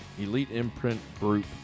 EliteImprintGroup